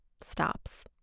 stops